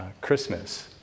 Christmas